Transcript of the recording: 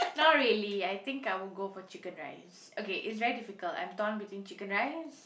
not really I think I will go for Chicken Rice okay it's very difficult I'm torn between Chicken Rice